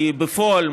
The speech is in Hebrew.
כי בפועל,